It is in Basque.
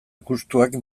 gustuak